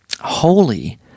Holy